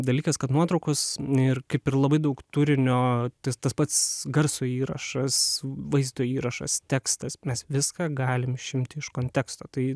dalykas kad nuotraukos ir kaip ir labai daug turinio tas pats garso įrašas vaizdo įrašas tekstas mes viską galim išimti iš konteksto tai